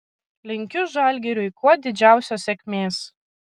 linkiu žalgiriui kuo didžiausios sėkmės